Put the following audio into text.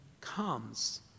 comes